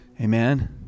Amen